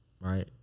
right